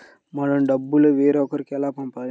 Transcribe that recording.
మన డబ్బులు వేరొకరికి ఎలా పంపాలి?